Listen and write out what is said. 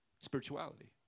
spirituality